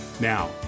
Now